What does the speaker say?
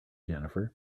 jennifer